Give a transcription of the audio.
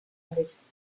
errichtet